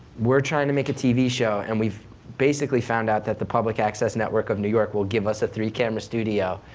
we're trying to make a tv show, and we've basically found out that the public access network of new york will give us a three camera studio,